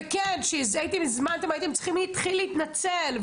כשהזמנתם הייתם צריכים להתנצל.